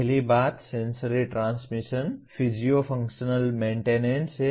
पहली बात sensory transmission physio functional maintenance है